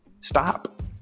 stop